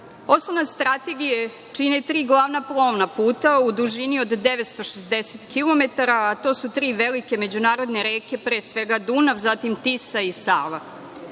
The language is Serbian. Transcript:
reka. Osnove strategije čine tri glavna plovna puta u dužini od 960 kilometara, a to su tri velike međunarodne reke, pre svega Dunav, zatim Tisa i Sava.